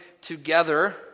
together